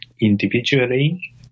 individually